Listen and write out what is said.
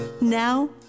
Now